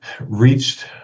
reached